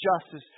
justice